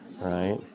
right